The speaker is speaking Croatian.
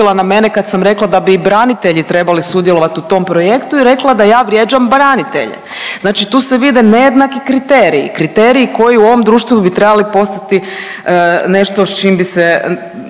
na mene kad sam rekla da bi i branitelji trebali sudjelovat u tom projektu i rekla da ja vrijeđam branitelje, znači tu se vide nejednaki kriteriji, kriteriji koji u ovom društvu bi trebali postati nešto s čim bi se